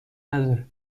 نداره